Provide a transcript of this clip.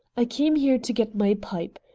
i came here to get my pipe.